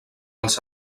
els